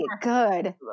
Good